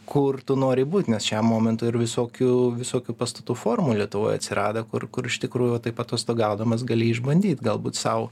kur tu nori būt nes šiam momentui ir visokių visokių pastatų formų lietuvoj atsirado kur kur iš tikrųjų taip atostogaudamas gali išbandyt galbūt sau